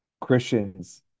Christians